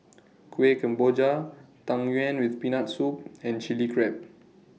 Kueh Kemboja Tang Yuen with Peanut Soup and Chili Crab